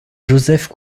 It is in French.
joseph